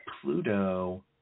Pluto